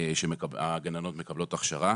שהגננות מקבלות הכשרה.